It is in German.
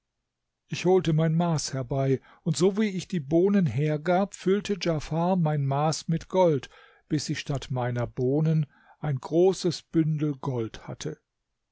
ich holte mein maß herbei und so wie ich die bohnen hergab füllte djafar mein maß mit gold bis ich statt meiner bohnen ein großes bündel gold hatte